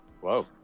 Whoa